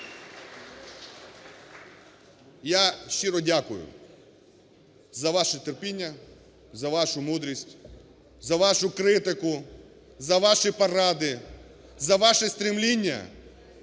Я щиро дякую за ваше терпіння, за вашу мудрість, за вашу критику, за ваші поради, за ваше стремління